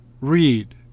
read